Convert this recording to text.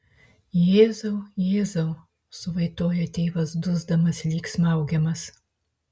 jėzau jėzau suvaitoja tėvas dusdamas lyg smaugiamas